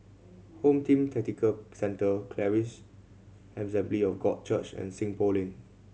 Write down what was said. Home Team Tactical Centre Charis Assembly of God Church and Seng Poh Lane